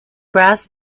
brass